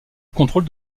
contrôle